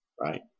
right